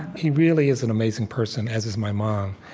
he really is an amazing person, as is my mom.